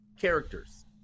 characters